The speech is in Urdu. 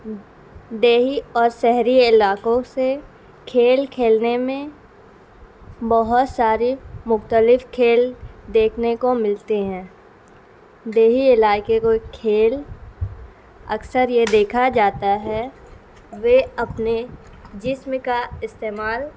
دیہی اور شہری علاقوں سے کھیل کھیلنے میں بہت سارے مختلف کھیل دیکھنے کو ملتے ہیں دیہی علاقے کوئی کھیل اکثر یہ دیکھا جاتا ہے وہ اپنے جسم کا استعمال